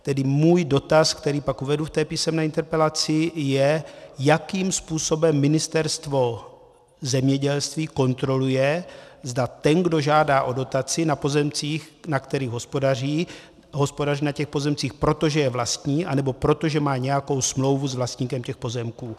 Tedy můj dotaz, který pak uvedu v té písemné interpelaci, je, jakým způsobem Ministerstvo zemědělství kontroluje, zda ten, kdo žádá o dotaci na pozemcích, na kterých hospodaří, hospodaří na těch pozemcích proto, že je vlastní, anebo proto, že má nějakou smlouvu s vlastníkem těch pozemků.